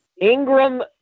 Ingram